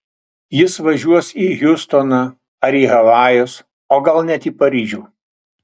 jis važiuos į hjustoną ar į havajus o gal net į paryžių